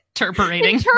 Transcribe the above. interpreting